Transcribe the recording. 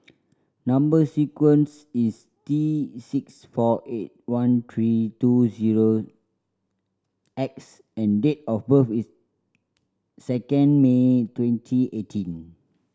number sequence is T six four eight one three two zero X and date of birth is second May twenty eighteen